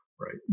right